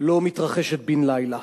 לא מתרחשת בן-לילה.